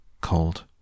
cold